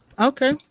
Okay